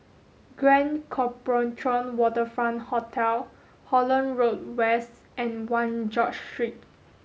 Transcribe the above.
Grand Copthorne Waterfront Hotel Holland Road West and One George Street